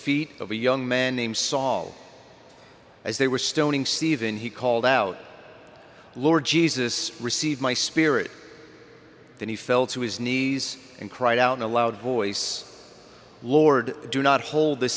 feet of a young man named saul as they were stoning stephen he called out lord jesus receive my spirit then he fell to his knees and cried out in a loud voice lord do not hold th